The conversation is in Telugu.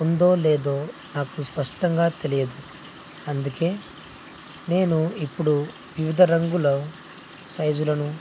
ఉందో లేదో నాకు స్పష్టంగా తెలియదు అందుకని నేను ఇప్పుడు వివిధ రంగుల సైజులను